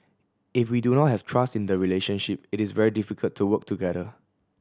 if we do not have trust in the relationship it is very difficult to work together